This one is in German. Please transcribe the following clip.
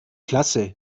klasse